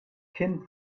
kind